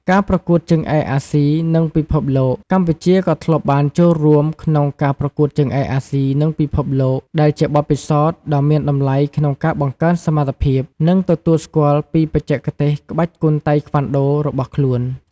ការប្រកួតជើងឯកអាស៊ី និងពិភពលោក កម្ពុជាក៏ធ្លាប់បានចូលរួមក្នុងការប្រកួតជើងឯកអាស៊ី និងពិភពលោក ដែលជាបទពិសោធន៍ដ៏មានតម្លៃក្នុងការបង្កើនសមត្ថភាព និងទទួលស្គាល់ពីបច្ចេកទេសក្បាច់គុនតៃក្វាន់ដូរបស់ខ្លួន។